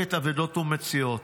במחלקת אבדות ומציאות.